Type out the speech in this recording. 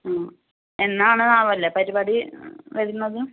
ആ എന്നാണ് അവളുടെ പരിപാടി വരുന്നത്